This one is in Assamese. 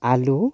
আলু